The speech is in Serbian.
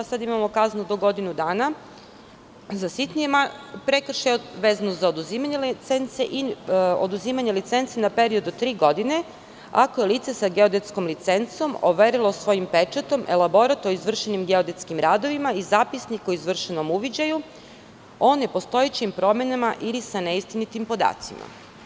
Imamo kaznu do godinu dana za sitnije prekršaje i kaznu za oduzimanje licence i oduzimanje licence na period od tri godine ako je lice sa geodetskom licencom overilo svojim pečatom elaborat o izvršenim geodetskim radovima i zapisnik o izvršenom uviđaju o nepostojećim promenama ili sa neistinitim podacima.